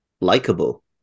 likable